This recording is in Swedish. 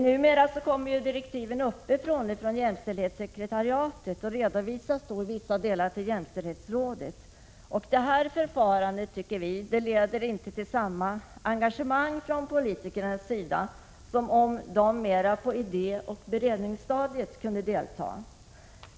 Numera kommer direktiv uppifrån, från jämställdhetssekretariatet, och redovisas i vissa delar för jämställdhetsrådet. Vi tycker inte att det förfarandet leder till samma engagemang från politikerna som om de kunde delta mer på idé och beredningsstadiet.